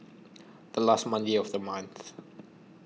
The last Monday of The month